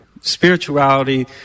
spirituality